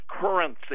currency